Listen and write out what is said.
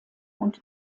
und